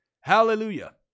Hallelujah